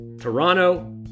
toronto